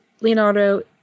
Leonardo